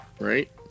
right